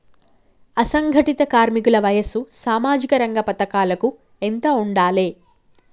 అసంఘటిత కార్మికుల వయసు సామాజిక రంగ పథకాలకు ఎంత ఉండాలే?